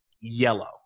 yellow